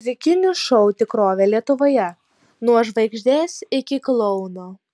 muzikinių šou tikrovė lietuvoje nuo žvaigždės iki klouno